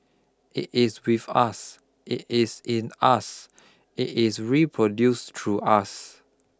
it is with us it is in us it is reproduced through us